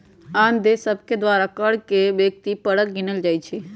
आन देश सभके द्वारा कर के व्यक्ति परक गिनल जाइ छइ